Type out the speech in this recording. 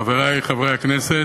חברי חברי הכנסת,